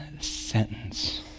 sentence